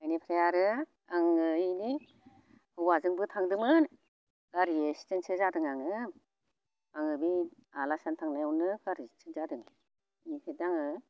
एनिफ्राय आरो आङो एनै हौवाजोंबो थांदोंमोन गारि एक्सिडेन्टसो जादों आङो आङो बि आलासि जानो थांनायावनो गारिजों एक्सिडेन्ट जादों बिनिखाय दा आङो